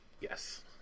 Yes